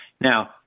now